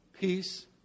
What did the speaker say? Peace